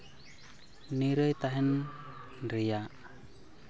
ᱱᱤᱨᱟᱹᱭ ᱛᱟᱦᱮᱱ ᱨᱮᱭᱟᱜ